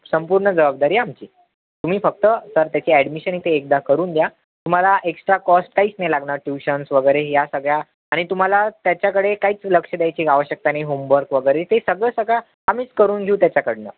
संपूर्ण जबाबदारी आमची तुम्ही फक्त सर त्याची ॲडमिशन इथे एकदा करून द्या तुम्हाला एक्स्ट्रा कॉस्ट काहीच नाही लागणार ट्युशन्स वगैरे या सगळ्या आणि तुम्हाला त्याच्याकडे काहीच लक्ष द्यायची आवश्यकता नाही होमवर्क वगैरे ते सगळं सगळं आम्हीच करून घेऊ त्याच्याकडून